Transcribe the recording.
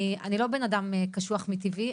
אני לא בן אדם קשוח מטבעי,